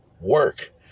work